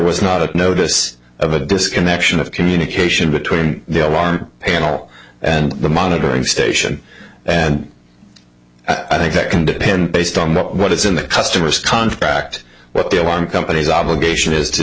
was not a notice of a disconnection of communication between alarm panel and the monitoring station and i think that can depend based on what what is in the customer's contract what the alarm companies obligation is to